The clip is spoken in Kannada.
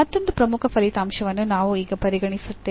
ಮತ್ತೊಂದು ಪ್ರಮುಖ ಫಲಿತಾಂಶವನ್ನು ನಾವು ಈಗ ಪರಿಗಣಿಸುತ್ತೇವೆ